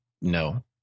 No